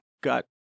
got